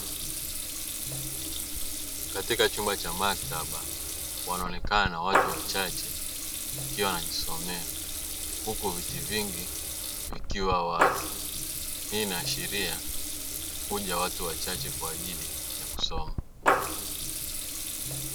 Katika chumba cha maktaba wanaonekana watu wachache wakiwa wanajisomea huku viti vingi vikiwa wazi, hii inaashiria kuja watu wachache kwa ajili ya kusoma.